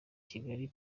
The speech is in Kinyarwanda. kigali